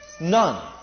None